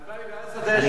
הלוואי